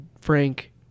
Frank